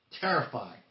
terrifying